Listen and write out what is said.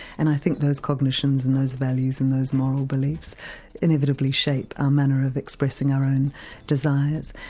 and i think those cognitions and those values and those moral beliefs inevitably shape our manner of expressing our own desires.